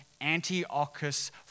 Antiochus